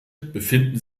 befinden